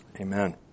Amen